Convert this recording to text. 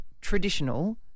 traditional